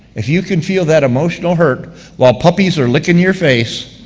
if you can feel that emotional hurt while puppies are licking your face,